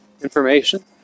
information